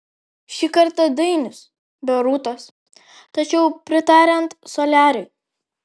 šį kartą dainius be rūtos tačiau pritariant soliariui